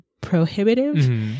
prohibitive